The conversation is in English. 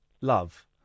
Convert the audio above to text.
love